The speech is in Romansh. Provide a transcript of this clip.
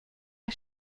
era